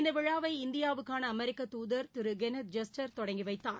இந்த விழாவை இந்தியாவுக்கான அமெரிக்க தூதர் திரு கெனத் ஜஸ்டர் தொடங்கி வைத்தார்